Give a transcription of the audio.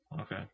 Okay